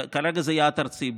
כרגע זה יעד ארצי,